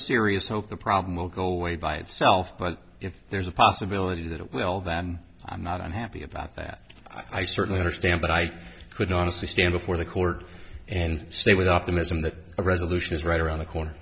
serious hope the problem will go away by itself but if there's a possibility that it will then i'm not unhappy about that i certainly understand but i could honestly stand before the court and say with optimism that a resolution is right around the corner